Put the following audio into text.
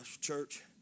church